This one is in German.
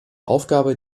aufgabe